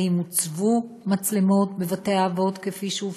האם הוצבו מצלמות בבתי-האבות, כפי שהובטח?